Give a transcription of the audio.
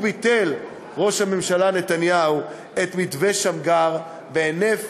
הוא ביטל, ראש הממשלה נתניהו, את מתווה שמגר בהינף